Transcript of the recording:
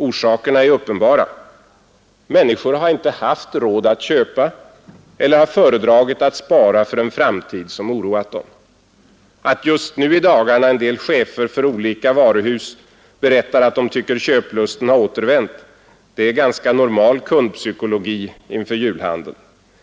Orsakerna är uppenbara: Människor har inte haft råd att köpa eller har föredragit att spara för en framtid som oroat dem. Att just nu i dagarna en del chefer 7 för olika varuhus berättar att de tycker köplusten har återvänt är en ganska normal kundpsykologi inför julhandeln,